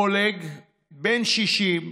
אולג, בן 60,